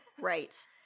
Right